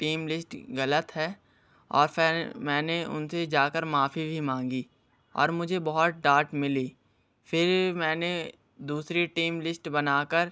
team list ग़लत है और फिर मैंने उन से जा कर माफ़ी भी मांगी और मुझे बहुत डाँट मिली फिर मैंने दूसरी टीम लिस्ट बना कर